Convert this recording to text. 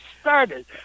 started